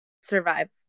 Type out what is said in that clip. survive